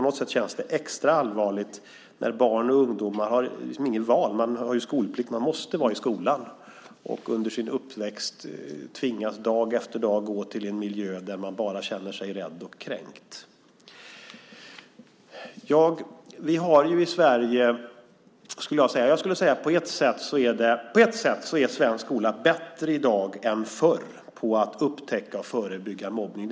Det känns dock extra allvarligt för barn och ungdomar som ju inte har något val eftersom de har skolplikt och måste vara i skolan. Under sin uppväxt tvingas de dag efter dag att gå till en miljö där de bara känner sig rädda och kränkta. På ett sätt är svensk skola bättre i dag än förr på att upptäcka och förebygga mobbning.